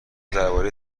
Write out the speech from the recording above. درباره